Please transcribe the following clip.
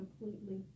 completely